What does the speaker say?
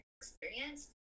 experience